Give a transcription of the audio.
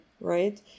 right